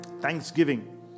thanksgiving